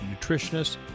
nutritionists